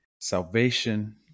salvation